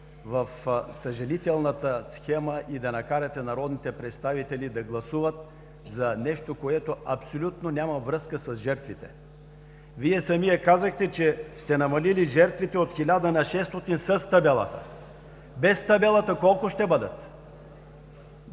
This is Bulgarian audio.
в съжалителната схема и да накарате народните представители да гласуват за нещо, което абсолютно няма връзка с жертвите. Вие самият казахте, че сте намалили жертвите от 1000 на 600 с табелата. Без табелата колко ще бъдат?